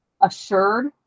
assured